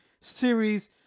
series